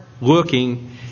looking